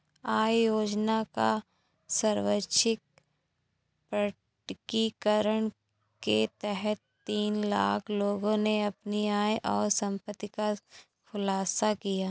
आय योजना का स्वैच्छिक प्रकटीकरण के तहत तीन लाख लोगों ने अपनी आय और संपत्ति का खुलासा किया